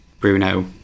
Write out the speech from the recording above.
bruno